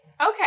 Okay